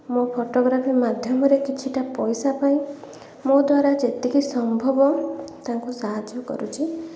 ମୋ ଫୋଟୋଗ୍ରାଫି ମାଧ୍ୟମରେ କିଛିଟା ପଇସା ପାଇ ମୋ ଦ୍ଵାରା ଯେତିକି ସମ୍ଭବ ତାଙ୍କୁ ସାହାଯ୍ୟ କରୁଛି